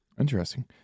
Interesting